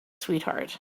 sweetheart